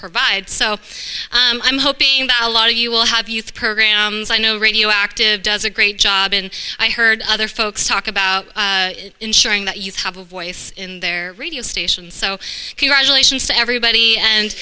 provide so i'm hoping a lot of you will have youth programs i know radio active does a great job and i heard other folks talk about ensuring that you have a voice in their radio station so congratulations to everybody and